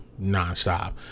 nonstop